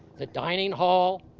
the dining hall,